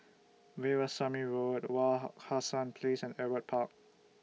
Veerasamy Road Wak Hassan Place and Ewart Park